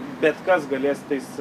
bet kas galės tais